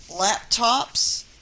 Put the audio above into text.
laptops